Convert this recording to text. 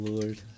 Lord